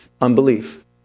unbelief